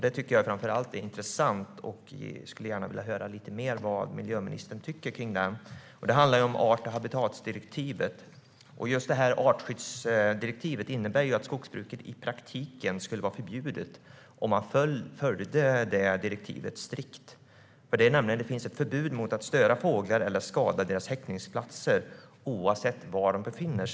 Det tycker jag är intressant, och jag skulle gärna vilja höra lite mer om vad miljöministern tycker om artskyddsförordningen. Det handlar om art och habitatsdirektivet. Artskyddsdirektivet innebär ju att skogsbruket i praktiken skulle vara förbjudet, om man strikt följde det. Det innehåller ett förbud mot att störa fåglar eller skada deras häckningsplatser, oavsett var de är belägna.